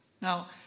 Now